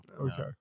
Okay